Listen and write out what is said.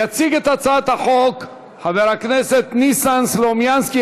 יציג את הצעת החוק חבר הכנסת ניסן סלומינסקי,